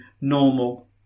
normal